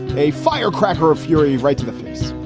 a firecracker of fury right to the face.